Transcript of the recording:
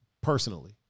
Personally